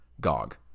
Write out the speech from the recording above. Gog